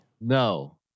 No